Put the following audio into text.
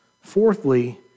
Fourthly